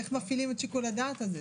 תקרות מפורסמות כל שנה.